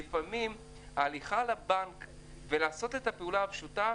לפעמים ההליכה לבנק ולעשות את הפעולה הפשוטה,